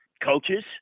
coaches